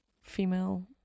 female